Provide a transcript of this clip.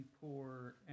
poor